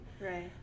Right